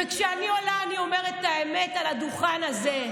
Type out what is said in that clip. וכשאני עולה אני אומרת את האמת על הדוכן הזה.